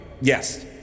yes